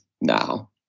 now